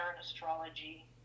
astrology